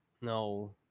No